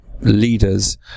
leaders